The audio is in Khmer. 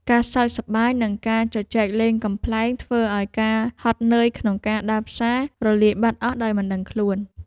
ការសើចសប្បាយ និងការជជែកលេងកំប្លែងធ្វើឱ្យការហត់នឿយក្នុងការដើរផ្សាររលាយបាត់អស់ដោយមិនដឹងខ្លួន។